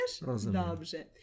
Dobrze